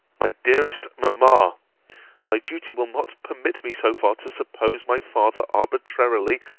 my dearest mamma my duty will not permit me so far to suppose my father arbitrary,